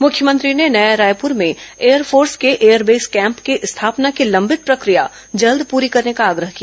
मुख्यमंत्री ने नया रायपुर में एयरफोर्स के एयरबेस कैंप की स्थापना की लंबित प्रक्रिया जल्द पूरी करने का आग्रह किया